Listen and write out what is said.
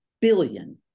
billion